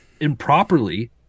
improperly